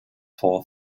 for